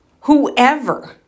whoever